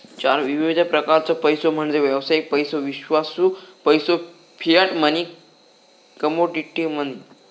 चार विविध प्रकारचो पैसो म्हणजे व्यावसायिक पैसो, विश्वासू पैसो, फियाट मनी, कमोडिटी मनी